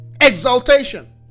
Exaltation